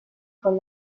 con